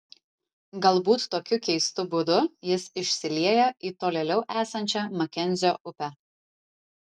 galbūt tokiu keistu būdu jis išsilieja į tolėliau esančią makenzio upę